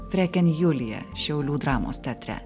freken julija šiaulių dramos teatre